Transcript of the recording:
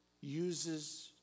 uses